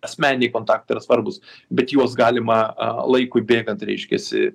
asmeniniai kontaktai yra svarbūs bet juos galima laikui bėgant reiškiasi